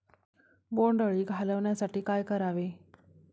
बोंडअळी घालवण्यासाठी काय करावे?